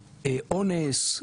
אונס,